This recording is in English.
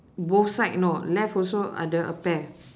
both side no left also ada a pair